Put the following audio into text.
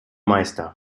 meister